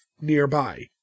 nearby